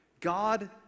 God